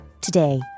Today